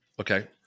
Okay